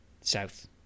South